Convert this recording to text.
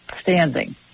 standing